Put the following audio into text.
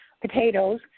potatoes